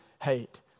hate